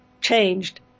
changed